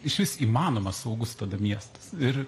išvis įmanoma saugus tada miestas ir